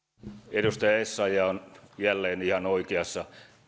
edustaja essayah on jälleen ihan oikeassa